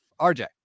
RJ